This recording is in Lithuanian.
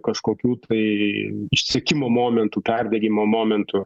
kažkokių tai išsekimo momentų perdegimo momentų